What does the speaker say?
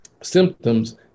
symptoms